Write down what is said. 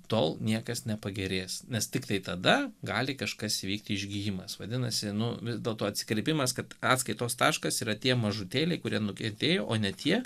tol niekas nepagerės nes tiktai tada gali kažkas vykti išgijimas vadinasi nu vis dėlto skelbimas kad atskaitos taškas yra tie mažutėliai kurie kentėjo o ne tie